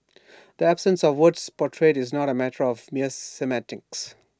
the absence of word portrayed is not A matter of mere semantics